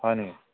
হয় নেকি